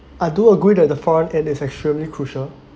I do agree that the foreign aid is extremely crucial